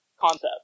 concept